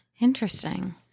Interesting